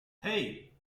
hey